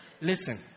listen